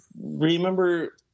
Remember –